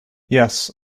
yes